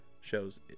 shows